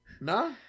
no